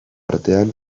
artean